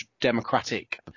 democratic